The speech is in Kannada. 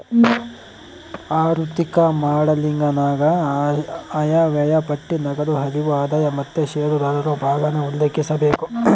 ಆಋಥಿಕ ಮಾಡೆಲಿಂಗನಾಗ ಆಯವ್ಯಯ ಪಟ್ಟಿ, ನಗದು ಹರಿವು, ಆದಾಯ ಮತ್ತೆ ಷೇರುದಾರರು ಭಾಗಾನ ಉಲ್ಲೇಖಿಸಬೇಕು